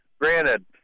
Granted